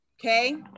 Okay